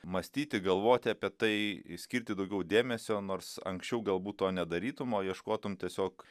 mąstyti galvoti apie tai išskirti daugiau dėmesio nors anksčiau galbūt to nedarytumei ieškotumei tiesiog